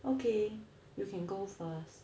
okay you can go first